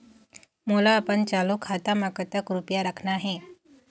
मोला अपन चालू खाता म कतक रूपया रखना हे?